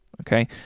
Okay